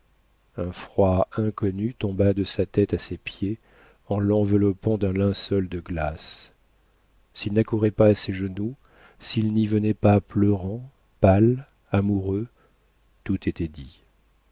un froid inconnu tomba de sa tête à ses pieds en l'enveloppant d'un linceul de glace s'il n'accourait pas à ses genoux s'il n'y venait pas pleurant pâle amoureux tout était dit